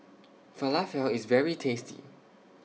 Falafel IS very tasty